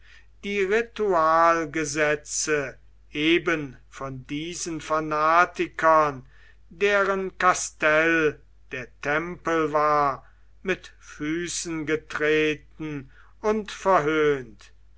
die ritualgesetze eben von diesen fanatikern deren kastell der tempel war mit füßen getreten und verhöhnt